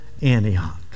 Antioch